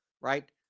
Right